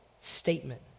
statement